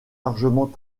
largement